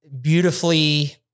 beautifully